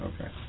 Okay